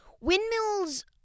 windmills